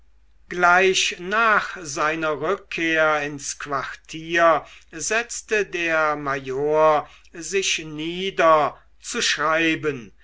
gleich nach seiner rückkehr ins quartier setzte der major sich nieder zu schreiben